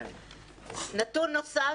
נתון נוסף,